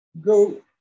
go